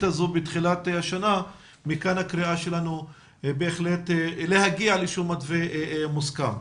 הזאת בתחילת השנה ומכאן הקריאה שלנו בהחלט להגיע למתווה מוסכם.